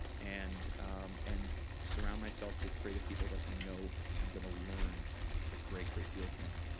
and and surround myself with creative people that i know i'm going to learn a great, great deal from.